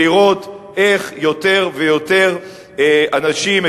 לראות איך יותר ויותר אנשים,